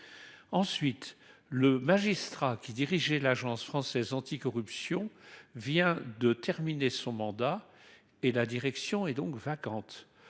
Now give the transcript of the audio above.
Ensuite le magistrat qui dirigeait l'Agence française anticorruption vient de terminer son mandat et la direction et donc vacante